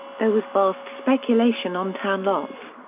there was vast speculation on town lots.